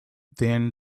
then